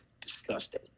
disgusting